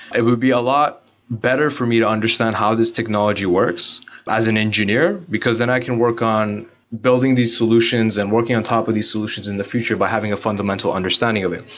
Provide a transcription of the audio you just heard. it would be a lot better for me to understand how this technology works as an engineer, because then i can work on building these solutions and working on top of these solutions in the future by having a fundamental understanding of it.